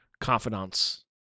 confidants